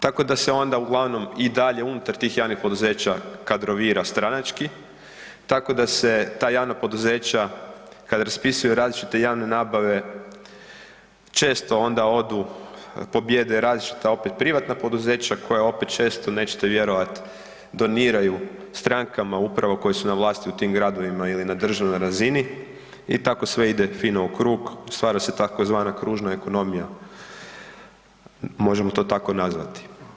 Tako da se onda uglavnom i dalje unutar tih javnih poduzeća kadrovira stranački, tako da se ta javna poduzeća kad raspisuju različite javne nabave često onda odu pobijede opet različita privatna opet privatna poduzeća koja opet često nećete vjerovati doniraju strankama upravo koje su na vlasti u tim gradovima ili na državnoj razini i tako sve ide fino u krug, stvara se tzv. kružna ekonomija možemo to tako nazvati.